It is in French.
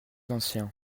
anciens